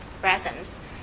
presence